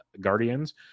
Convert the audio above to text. Guardians